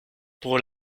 pour